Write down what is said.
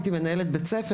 הייתי מנהלת בית ספר,